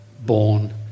born